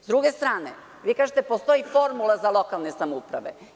S druge strane, vi kažete – postoji formula za lokalne samouprave.